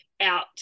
out